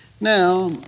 Now